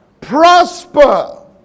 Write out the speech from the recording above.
prosper